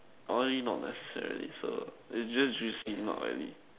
only not necessary so they just juicy no oily